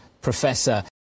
professor